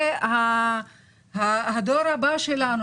זה הדור הבא שלנו,